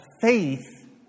faith